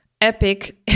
epic